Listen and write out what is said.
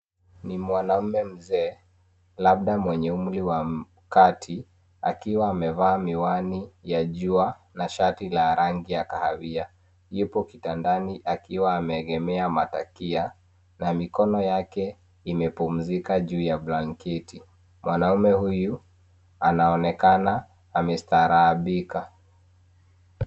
Ni mwanaume mzee labda mwenye umri wa kati akiwa amevaa miwani ya jua na shati la rangi ya kahawia yupo kitandani akiwa ameegemea matakia na mikono yake imepumzika juu ya blanketi. Mwanaume huyu anaonekana amestaharibika.